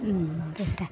ம் வந்துவிட்டேன்